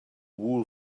wool